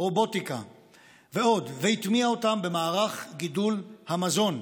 רובוטיקה ועוד, והטמיע אותם במערך גידול המזון.